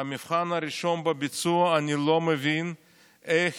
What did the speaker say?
והמבחן הראשון בביצוע: אני לא מבין איך